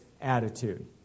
attitude